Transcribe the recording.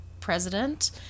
president